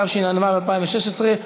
התשע"ו 2016,